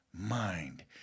mind